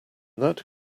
that